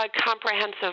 comprehensive